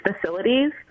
facilities